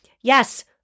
yes